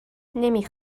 نمی